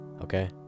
Okay